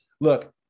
look